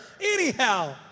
Anyhow